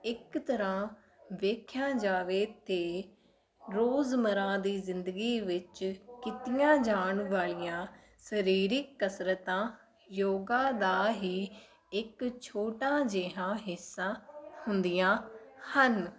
ਇੱਕ ਤਰ੍ਹਾਂ ਵੇਖਿਆ ਜਾਵੇ ਤਾਂ ਰੋਜ਼ ਮਰਾ ਦੀ ਜ਼ਿੰਦਗੀ ਵਿੱਚ ਕੀਤੀਆਂ ਜਾਣ ਵਾਲੀਆਂ ਸਰੀਰਿਕ ਕਸਰਤਾਂ ਯੋਗਾ ਦਾ ਹੀ ਇੱਕ ਛੋਟਾ ਜਿਹਾ ਹਿੱਸਾ ਹੁੰਦੀਆਂ ਹਨ